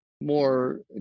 more